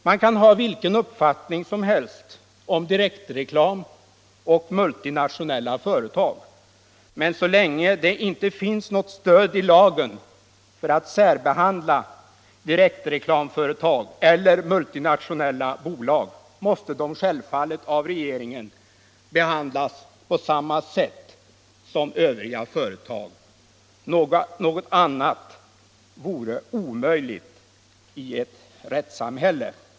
Man kan ha vilken uppfattning som helst om direktreklam och om multinationella företag, men så länge det inte finns något stöd i lagen för att särbehandla direktreklamföretag eller multinationella bolag måste de självfallet av regeringen behandlas på samma sätt som övriga företag. Något annat vore omöjligt i ett rättssamhälle.